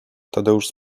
tadeusz